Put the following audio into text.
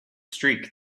streak